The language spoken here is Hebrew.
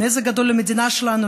נזק גדול למדינה שלנו,